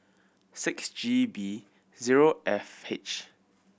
six G B zero F H